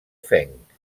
fenc